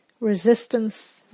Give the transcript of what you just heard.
Resistance